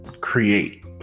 create